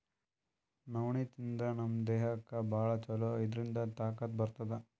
ನವಣಿ ತಿಂದ್ರ್ ನಮ್ ದೇಹಕ್ಕ್ ಭಾಳ್ ಛಲೋ ಇದ್ರಿಂದ್ ತಾಕತ್ ಬರ್ತದ್